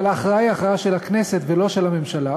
אבל ההכרעה היא הכרעה של הכנסת ולא של הממשלה.